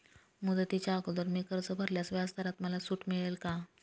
मुदतीच्या अगोदर मी कर्ज भरल्यास व्याजदरात मला सूट मिळेल का?